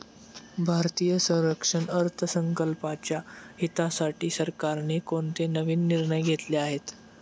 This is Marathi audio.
भारतीय संरक्षण अर्थसंकल्पाच्या हितासाठी सरकारने कोणते नवीन निर्णय घेतले आहेत?